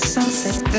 Sunset